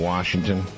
Washington